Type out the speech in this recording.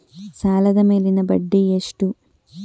ಸಾಲದ ಮೇಲಿನ ಬಡ್ಡಿ ಎಷ್ಟು?